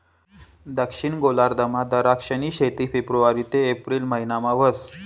दक्षिण गोलार्धमा दराक्षनी शेती फेब्रुवारी ते एप्रिल महिनामा व्हस